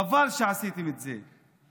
חבל שעשיתם את זה.